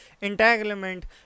entanglement